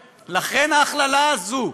לכן, ההכללה הזאת,